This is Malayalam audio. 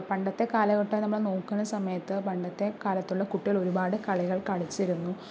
പണ്ടത്തെ കാലഘട്ടം നമ്മള് നോക്കണ സമയത്ത് പണ്ടത്തെ കാലത്തുള്ള കുട്ടികള് ഒരുപാട് കളികള് കളിച്ചിരുന്നു